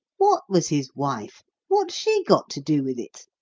what was his wife what's she got to do with it?